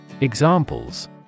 Examples